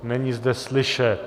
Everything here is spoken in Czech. Není zde slyšet.